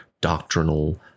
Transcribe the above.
doctrinal